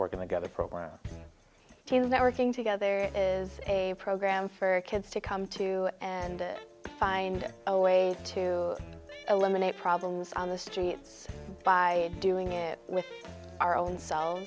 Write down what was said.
work and i got a program that working together is a program for kids to come to and find a way to eliminate problems on the streets by doing it with our own